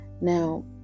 now